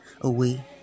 away